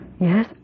Yes